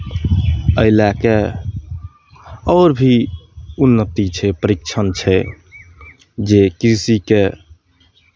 एहि लए कऽ आओर भी उन्नति छै परीक्षण छै जे कृषिकेँ